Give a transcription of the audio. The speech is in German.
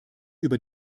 über